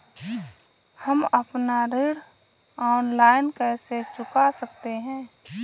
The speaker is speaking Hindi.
हम अपना ऋण ऑनलाइन कैसे चुका सकते हैं?